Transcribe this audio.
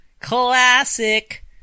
Classic